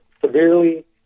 severely